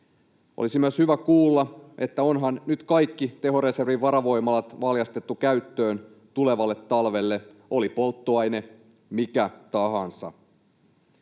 Olisi myös hyvä kuulla, että onhan nyt kaikki tehoreservin varavoimalat valjastettu käyttöön tulevalle talvelle, oli polttoaine mikä tahansa.